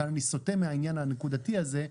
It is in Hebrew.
כאן אני סוטה מהענין הנקודתי הזה,